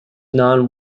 non